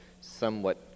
somewhat